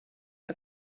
are